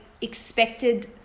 expected